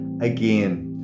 again